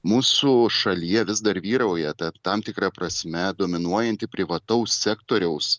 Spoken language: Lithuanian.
mūsų šalyje vis dar vyrauja ta tam tikra prasme dominuojanti privataus sektoriaus